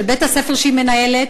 של בית-הספר שהיא מנהלת,